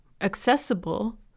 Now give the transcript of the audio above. accessible